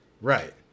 Right